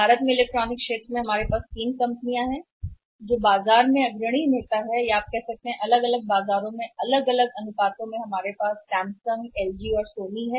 भारत में इलेक्ट्रॉनिक्स क्षेत्र में हमारी तीन कंपनियां हैं जो बाजार में अग्रणी नेता हैं आप कह सकते हैं कि अलग अलग बाजारों में अलग अलग अनुपात में हमारे पास सैमसंग एलजी और सोनी हैं